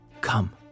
Come